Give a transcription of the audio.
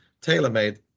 tailor-made